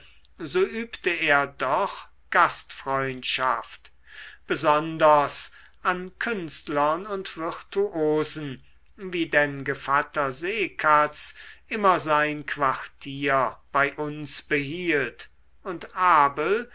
so übte er doch gastfreundschaft besonders an künstlern und virtuosen wie denn gevatter seekatz immer sein quartier bei uns behielt und abel